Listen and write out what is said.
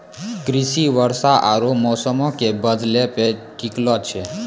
कृषि वर्षा आरु मौसमो के बदलै पे टिकलो छै